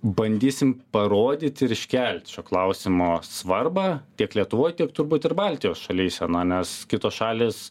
bandysim parodyt ir iškelt šio klausimo svarbą tiek lietuvoj tiek turbūt ir baltijos šalyse na nes kitos šalys